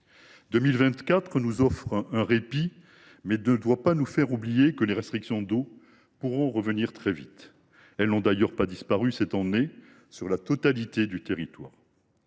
2024 nous offre un répit, qui ne doit pas nous faire oublier que les restrictions d’eau pourront revenir très vite. Elles n’ont d’ailleurs pas disparu, cette année, sur la totalité du territoire.